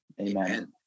amen